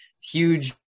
Huge